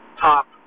top